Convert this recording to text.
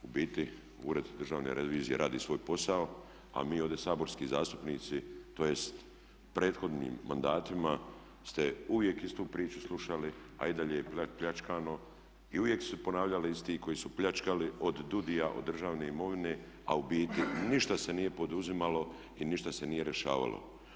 U biti Ured državne revizije radi svoj posao a mi ovdje saborski zastupnici tj. prethodnim mandatima ste uvijek istu priču slušali a i dalje je pljačkano i uvijek su se ponavljali isti koji su pljačkali od DUUDI-ja, od državne imovine a u biti ništa se nije poduzimalo i ništa se nije rješavalo.